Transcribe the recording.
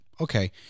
okay